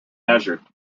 measured